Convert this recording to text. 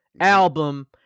album